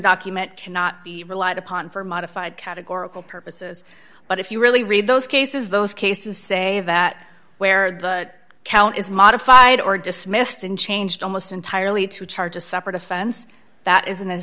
document cannot be relied upon for modified categorical purposes but if you really read those cases those cases say that where the count is modified or dismissed and changed almost entirely to charge a separate offense that isn't a